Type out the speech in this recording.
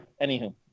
Anywho